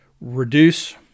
reduce